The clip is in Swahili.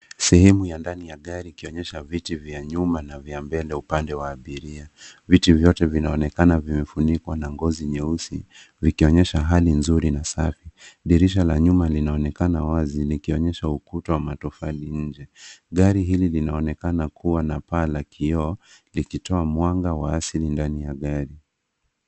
Sehemu ya ndani ya gari ikionyesha viti vya nyuma na vya mbele upande wa abiria. Viti vyote vinaonekana vimefunikwa na ngozi nyeusi vikionyesha hali nzuri na safi. Dirisha la nyuma linaonekana wazi likionyesha ukuta wa matofali. Gari hili linaonekana kuwa na paa la kioo likitoa mwanga wa asili ndani ya gari.